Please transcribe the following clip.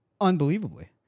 unbelievably